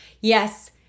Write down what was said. yes